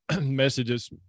messages